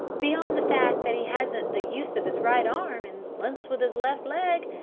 beyond the fact that he hasn't the use of his right arm, and limps with his left leg,